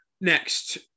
Next